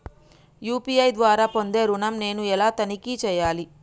UPI ద్వారా పొందే ఋణం నేను ఎలా తనిఖీ చేయాలి?